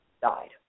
died